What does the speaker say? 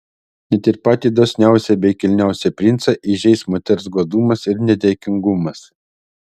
net ir patį dosniausią bei kilniausią princą įžeis moters godumas ir nedėkingumas